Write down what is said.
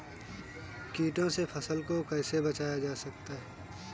कीटों से फसल को कैसे बचाया जा सकता है?